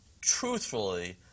truthfully